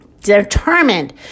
Determined